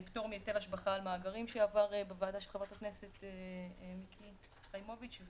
פטור מהיטל השבחה על מאגרים שעבר בוועדה של חברת הכנסת מיקי חיימוביץ',